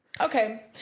Okay